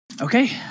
Okay